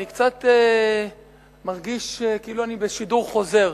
אני קצת מרגיש כאילו אני בשידור חוזר.